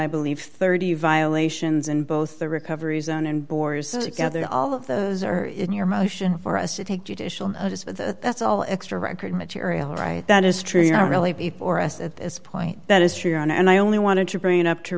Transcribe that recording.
i believe thirty violations in both the recovery zone and borders together all of those are in your motion for us to take judicial notice of that's all extra record material right that is true you know really before us at this point that is true and i only wanted to bring up to